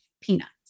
peanuts